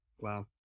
Wow